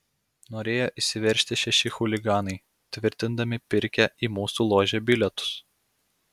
norėjo įsiveržti šeši chuliganai tvirtindami pirkę į mūsų ložę bilietus